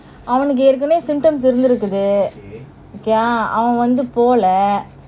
அவனுக்கு ஏற்கனவேய:avanuku yearkanavey symptoms இருந்து இருக்குது:irunthu irukuthu okay eh அவன் வந்து போல:avan vanthu pola